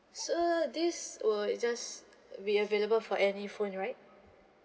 so this would just be available for any phone right